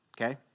okay